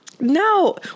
No